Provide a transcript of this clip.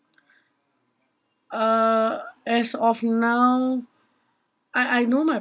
uh as of now I I know my